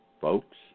folks